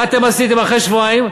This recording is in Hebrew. מה אתם עשיתם אחרי שבועיים?